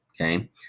okay